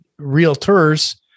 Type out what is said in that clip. realtors